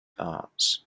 arts